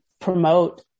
promote